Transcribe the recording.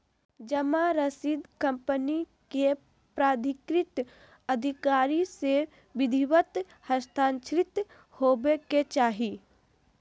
जमा रसीद कंपनी के प्राधिकृत अधिकारी से विधिवत हस्ताक्षरित होबय के चाही